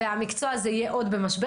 והמקצוע הזה יהיה עוד במשבר,